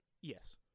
Yes